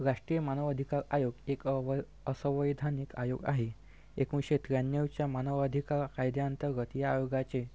राष्ट्रीय मानवाधिकार आयोग एक अव असंवैधानिक आयोग आहे एकोणीसशे त्र्याण्णवच्या मानव अधिका कायद्याअंतर्गत या आयोगाचे